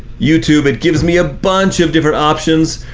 youtube, it gives me a bunch of different options,